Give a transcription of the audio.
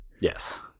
Yes